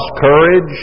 courage